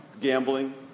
gambling